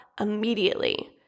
immediately